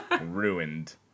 ruined